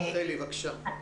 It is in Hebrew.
רחלי, בבקשה.